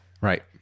Right